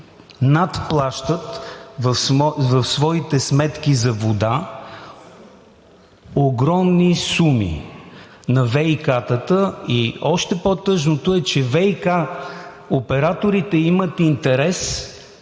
надплащат в своите сметки за вода огромни суми на ВиК-ата. Още по-тъжното е, че ВиК операторите имат интерес